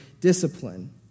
discipline